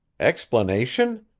explanation?